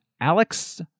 Alex